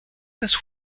les